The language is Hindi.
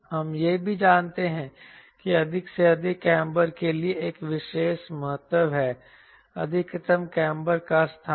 हम यह भी जानते हैं कि अधिक से अधिक काम्बर के लिए एक विशेष महत्व है अधिकतम काम्बर का स्थान